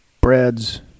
breads